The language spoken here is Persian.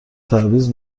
تبعیض